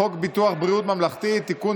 ביטוח בריאות ממלכתי (תיקון,